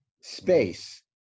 space